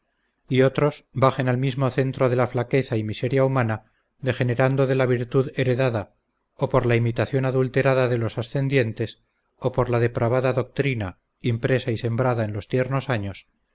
y otros bajen al mismo centro de la flaqueza y miseria humana degenerando de la virtud heredada o por la imitación adulterada de los ascendientes o por la depravada doctrina impresa y sembrada en los tiernos años